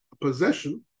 possession